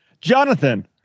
Jonathan